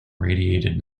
radiated